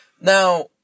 Now